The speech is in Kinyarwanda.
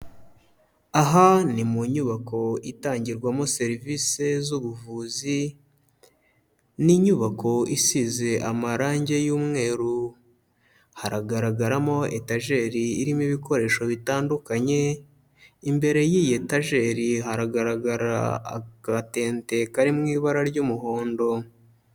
Aha ni mu nyubako itangirwamo serivisi z'ubuvuzi, ni inyubako isize amarangi y'umweru, haragaragaramo etajeri irimo ibikoresho bitandukanye, imbere y'iyi etajeri haragaragara agatente kari mu ibara ry'umuhondo.